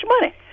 money